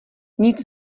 nic